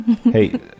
Hey